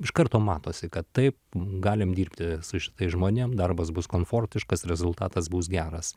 iš karto matosi kad taip galim dirbti su šitais žmonėm darbas bus komfortiškas rezultatas bus geras